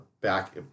back